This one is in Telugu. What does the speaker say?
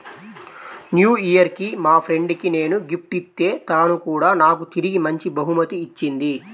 న్యూ ఇయర్ కి మా ఫ్రెండ్ కి నేను గిఫ్ట్ ఇత్తే తను కూడా నాకు తిరిగి మంచి బహుమతి ఇచ్చింది